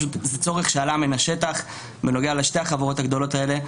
זה צורך שעלה מן השטח לגבי שתי החברות הגדולות האלה,